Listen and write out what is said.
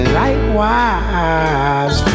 likewise